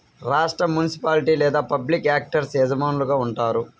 రాష్ట్రం, మునిసిపాలిటీ లేదా పబ్లిక్ యాక్టర్స్ యజమానులుగా ఉంటారు